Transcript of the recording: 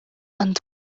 and